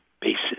basis